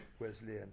Wesleyan